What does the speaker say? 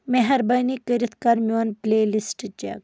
مہربٲنی کٔرِتھ کر میون پلے لسٹ چیک